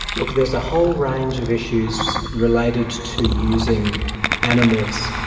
look, there's a whole range of issues related to using animals,